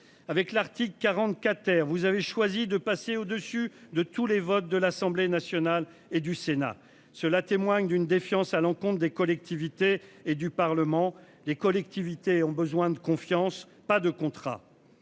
avec l'article 44. Vous avez choisi de passer au-dessus de tous les votes de l'Assemblée nationale et du Sénat. Cela témoigne d'une défiance à l'encontre des collectivités et du Parlement. Les collectivités ont besoin de confiance, pas de contrat.